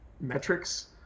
metrics